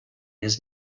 his